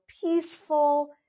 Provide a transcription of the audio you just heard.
peaceful